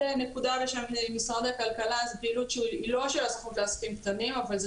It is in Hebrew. נקודה בשם משרד הכלכלה זו לא פעילות של עסקים קטנים אבל זה